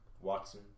Watson